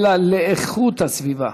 אלא ל"איכות" הסביבה.